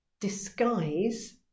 disguise